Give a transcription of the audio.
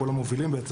כל המובילים.